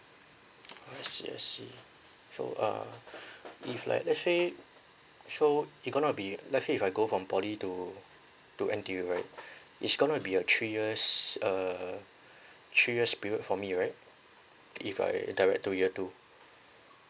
I see I see so uh if like let's say so you gonna be let's say if I go from poly to to N_T_U right it's gonna be a three years uh three years period for me right if I direct to year two